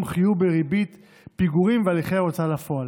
חיוב בריבית פיגורים והליכי הוצאה לפועל".